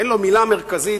אין לו מלה מרכזית